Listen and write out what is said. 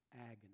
agony